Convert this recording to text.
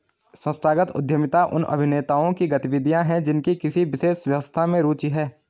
संस्थागत उद्यमिता उन अभिनेताओं की गतिविधियाँ हैं जिनकी किसी विशेष व्यवस्था में रुचि है